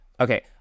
okay